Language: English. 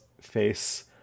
face